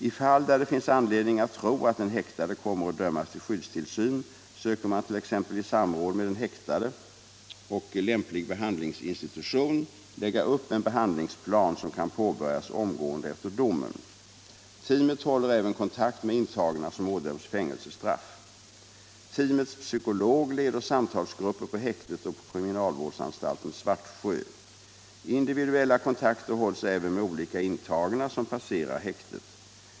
I fall där det finns anledning att tro att den häktade kommer att dömas till skyddstillsyn söker man t.ex. i samråd med den häktade och lämplig behandlingsinstitution att lägga upp en behandlingsplan som kan påbörjas omgående efter domen. Teamet håller även kontakt med intagna som ådöms fängelsestraff. Teamets psykolog leder samtalsgrupper på häktet och på kriminalvårdsanstalten Svartsjö. Individuella kontakter hålls även med olika intagna som passerar häktet.